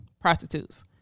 prostitutes